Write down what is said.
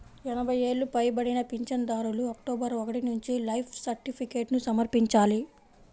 ఎనభై ఏళ్లు పైబడిన పింఛనుదారులు అక్టోబరు ఒకటి నుంచి లైఫ్ సర్టిఫికేట్ను సమర్పించాలి